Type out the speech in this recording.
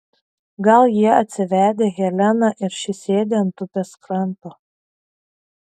gal jie atsivedę heleną ir ši sėdi ant upės kranto